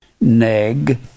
neg